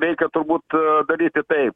reikia turbūt daryti taip